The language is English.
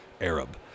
Arab